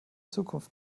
zukunft